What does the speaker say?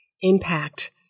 impact